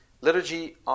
liturgy